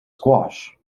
squash